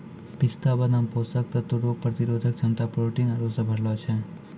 पिस्ता बादाम पोषक तत्व रोग प्रतिरोधक क्षमता प्रोटीन आरु से भरलो छै